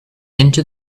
into